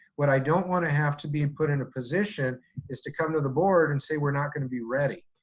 what i don't wanna have to be and put in a position is to come to the board and say we're not gonna be ready.